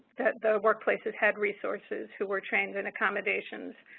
that the workplaces had resources who were trained in accommodations.